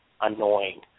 annoying